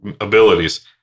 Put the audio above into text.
abilities